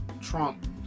Trump